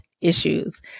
issues